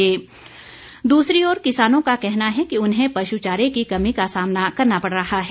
पश्चारा दूसरी ओर किसानों का कहना है कि उन्हें पशुचारे की कमी का सामना करना पड़ रहा है